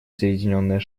соединенные